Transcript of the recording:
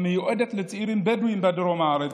המיועדת לצעירים בדואים בדרום הארץ,